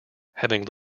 having